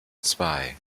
zwei